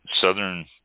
southern